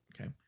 Okay